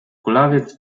kulawiec